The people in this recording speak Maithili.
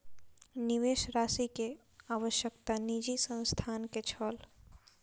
निवेश राशि के आवश्यकता निजी संस्थान के छल